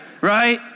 right